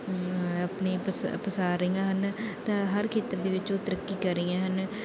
ਆਪਣੇ ਪਸ ਪਸਾਰ ਰਹੀਆਂ ਹਨ ਤਾਂ ਹਰ ਖੇਤਰ ਦੇ ਵਿੱਚ ਉਹ ਤਰੱਕੀ ਕਰ ਰਹੀਆਂ ਹਨ